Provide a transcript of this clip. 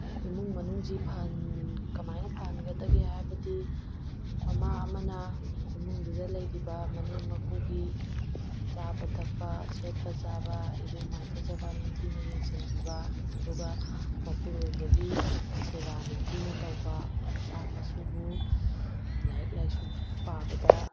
ꯏꯃꯨꯡ ꯃꯅꯨꯡꯁꯤ ꯀꯃꯥꯏꯅ ꯐꯍꯟꯒꯗꯒꯦ ꯍꯥꯏꯕꯗꯤ ꯃꯃꯥ ꯑꯃꯅ ꯏꯃꯨꯡꯗꯨꯗ ꯂꯩꯔꯤꯕ ꯃꯅꯦꯝ ꯃꯀꯨꯒꯤ ꯆꯥꯕ ꯊꯛꯄ ꯁꯦꯠꯄ ꯆꯥꯕ ꯏꯔꯨ ꯃꯥꯏꯊꯖꯕ ꯅꯤꯡꯊꯤꯅ ꯌꯦꯡꯁꯤꯟꯕꯤꯕ ꯑꯗꯨꯒ ꯃꯄꯨꯔꯣꯏꯕꯒꯤ ꯁꯦꯕꯥ ꯅꯤꯡꯊꯤꯅ ꯇꯧꯕ ꯃꯁꯥ ꯃꯁꯨꯕꯨ ꯂꯥꯏꯔꯤꯛ ꯂꯥꯏꯁꯨ ꯄꯥꯕꯗ